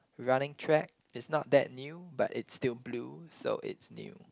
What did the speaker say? running track it's not that new but it's still blue so it's new